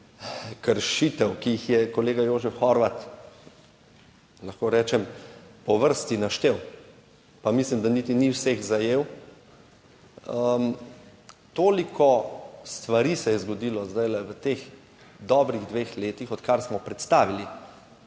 kršitev, ki jih je kolega Jožef Horvat, lahko rečem po vrsti naštel, pa mislim, da niti ni vseh zajel. Toliko stvari se je zgodilo zdaj v teh dobrih dveh letih, odkar smo predstavili